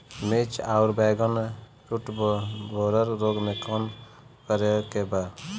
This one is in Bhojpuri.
मिर्च आउर बैगन रुटबोरर रोग में का करे के बा?